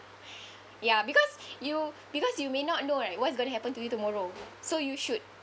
ya because you because you may not know right what's going to happen to you tomorrow so you should